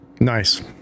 Nice